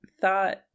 thought